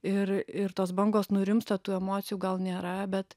ir ir tos bangos nurimsta tų emocijų gal nėra bet